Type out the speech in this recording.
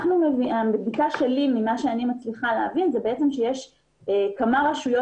מהבדיקה שלי ומה שאני מצליחה להבין זה שיש כמה רשויות